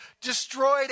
destroyed